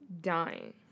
dying